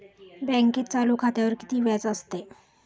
बँकेत चालू खात्यावर किती व्याज असते?